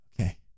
okay